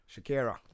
Shakira